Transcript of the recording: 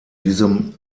diesem